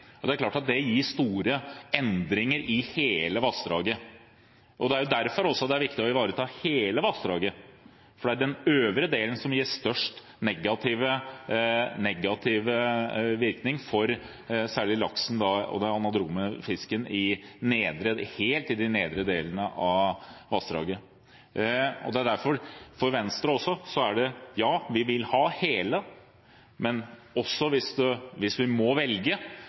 Samnanger. Det er klart at det gir store endringer i hele vassdraget. Det er også derfor det er viktig å ivareta hele vassdraget. Det er utbygging av den øvre delen som gir størst negativ virkning særlig for laksen og den anadrome fisken i de helt nedre delene av vassdraget. For Venstre er det slik at ja, vi vil ha hele vassdraget vernet, men hvis vi må